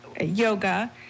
yoga